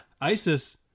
Isis